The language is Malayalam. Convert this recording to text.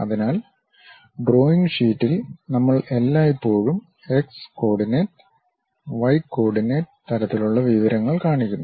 അതിനാൽ ഡ്രോയിംഗ് ഷീറ്റിൽ നമ്മൾ എല്ലായ്പ്പോഴും എക്സ് കോർഡിനേറ്റ് വയ് കോർഡിനേറ്റ് തരത്തിലുള്ള വിവരങ്ങൾ കണക്കാക്കുന്നു